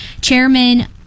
Chairman